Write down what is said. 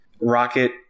Rocket